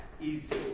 easy